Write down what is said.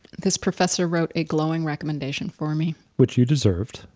this professor wrote a glowing recommendation for me. which you deserved.